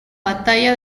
batalla